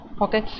okay